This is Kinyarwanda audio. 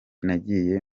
nagiye